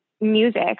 music